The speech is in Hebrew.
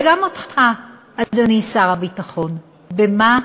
וגם אותך, אדוני שר הביטחון, במה